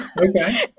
okay